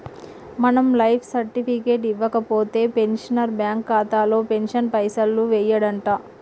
మనం life certificate ఇవ్వకపోతే pensioner bank ఖాతాలో పెన్షన్ పైసలు యెయ్యడంట